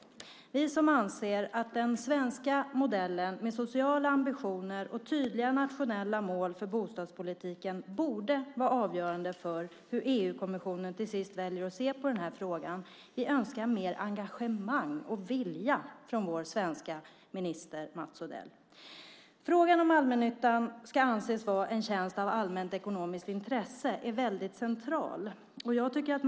Vi som anser att den svenska modellen med sociala ambitioner och tydliga nationella mål för bostadspolitiken borde vara avgörande för hur EU-kommissionen till sist väljer att se på frågan önskar mer engagemang och vilja från vår svenska minister Mats Odell. Frågan om allmännyttan ska anses vara en tjänst av allmänt ekonomiskt intresse är väldigt central.